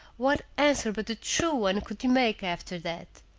what answer but the true one could he make after that?